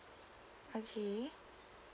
okay